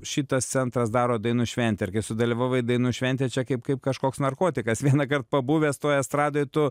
šitas centras daro dainų šventę ir sudalyvavai dainų šventėj čia kaip kaip kažkoks narkotikas vienąkart pabuvęs toj estradoj tu